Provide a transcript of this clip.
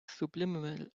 subliminal